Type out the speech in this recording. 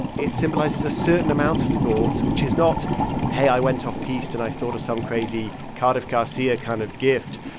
it symbolizes a certain amount of thought, which is not hey i went off-piste and i thought of some crazy cardiff garcia kind of gift.